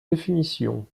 définitions